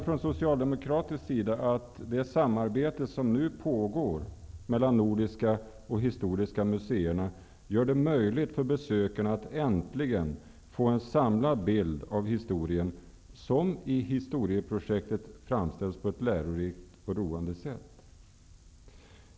Från socialdemokratisk sida menar vi att det samarbete som nu pågår mellan Nordiska museet och Historiska museet gör det möjligt för besökarna att äntligen få en samlad bild av historien, som i historieprojektet framställs på ett lärorikt och roande sätt.